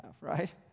right